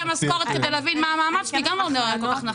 משכורת מה המעמד שלי גם לא נראה כל כך נכון.